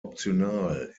optional